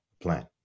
plan